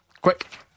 Quick